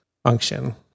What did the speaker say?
function